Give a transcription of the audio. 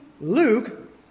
Luke